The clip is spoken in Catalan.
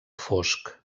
fosc